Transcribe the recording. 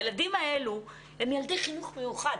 הילדים האלו הם ילדי חינוך מיוחד.